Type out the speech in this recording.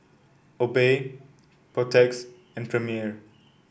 Obey Protex and Premier